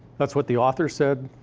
that's what the author said,